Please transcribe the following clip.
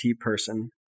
person